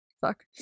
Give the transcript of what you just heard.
Fuck